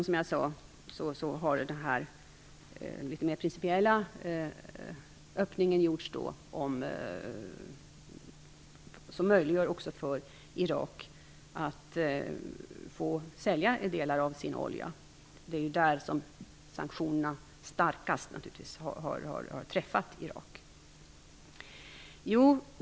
Som jag sade har en litet mer principiell öppning gjorts som innebär att Irak får sälja delar av sin olja. Det är ju naturligtvis där som sanktionerna starkast har träffat Irak.